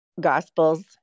gospels